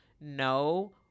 no